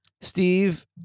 Steve